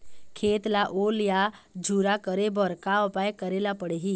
खेत ला ओल या झुरा करे बर का उपाय करेला पड़ही?